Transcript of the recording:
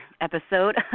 episode